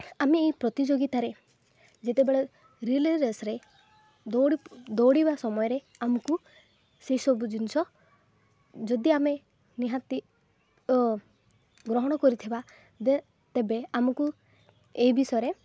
ଆମେ ଏହି ପ୍ରତିଯୋଗିତାରେ ଯେତେବେଳେ ରିଲେ ରେସ୍ରେ ଦୌଡ଼ି ଦୌଡ଼ିବା ସମୟରେ ଆମକୁ ସେସବୁ ଜିନିଷ ଯଦି ଆମେ ନିହାତି ଗ୍ରହଣ କରିଥିବା ତେବେ ଆମକୁ ଏ ବିଷୟରେ